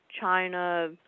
China